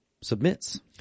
submits